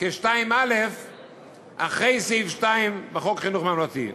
כ-2א אחרי סעיף 2 בחוק חינוך ממלכתי.